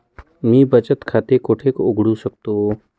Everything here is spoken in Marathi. मी बचत खाते कोठे उघडू शकतो?